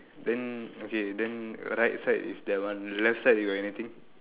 then okay then right side is that one left side you got anything